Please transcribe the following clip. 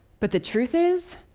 but the truth is,